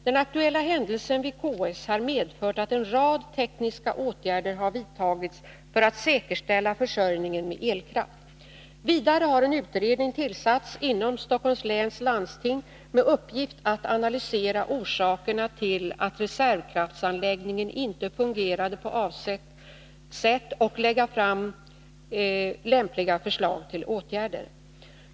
Den aktuella händelsen vid KS har medfört att en rad tekniska åtgärder i fråga om reservhar vidtagits för att säkerställa försörjningen med elkraft. Vidare har en kraft vid utredning tillsatts inom Stockholms läns landsting med uppgift att analysera orsakerna till att reservkraftsanläggningen inte fungerade på avsett sätt och lägga fram lämpliga förslag till åtgärder.